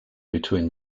between